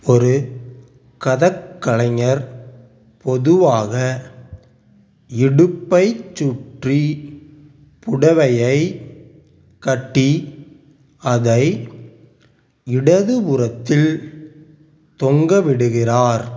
ஒரு கதக் கலைஞர் பொதுவாக இடுப்பைச் சுற்றி புடவையைக் கட்டி அதை இடதுபுறத்தில் தொங்கவிடுகிறார்